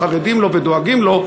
חרדים לו ודואגים לו,